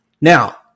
Now